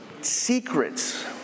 secrets